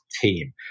team